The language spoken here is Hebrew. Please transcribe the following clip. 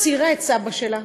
היא ציירה את סבא שלה.